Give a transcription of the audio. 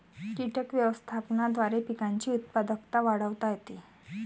कीटक व्यवस्थापनाद्वारे पिकांची उत्पादकता वाढवता येते